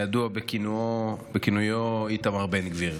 הידוע בכינויו איתמר בן גביר.